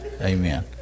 Amen